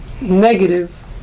negative